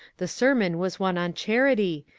the sermon was one on charity,